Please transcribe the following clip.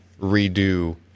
redo